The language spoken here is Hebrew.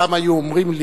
פעם היו אומרים לי,